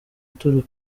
turi